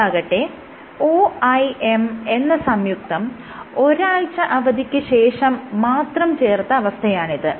ഇതാകട്ടെ OIM എന്ന സംയുക്തം ഒരാഴ്ച അവധിക്ക് ശേഷം മാത്രം ചേർത്ത അവസ്ഥയാണിത്